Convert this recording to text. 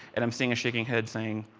and am seeing a shaking head saying,